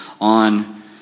on